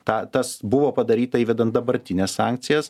tą tas buvo padaryta įvedant dabartines sankcijas